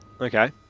Okay